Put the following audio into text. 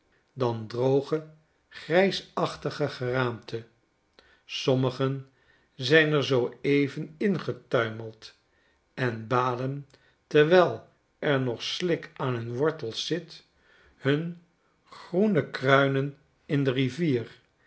dan droge grijsachtige geraamte sommigen zijn er zoo even in neergetuimeld en baden terwijl er nog slik aan hun wortels zit hun groene kruineninde rivier